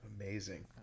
Amazing